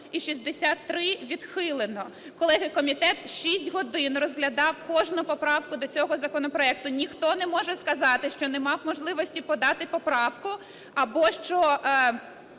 і 63 відхилено. Колеги, комітет шість годин розглядав кожну поправку до цього законопроекту, ніхто не може сказати, що не мав можливості подати поправку або що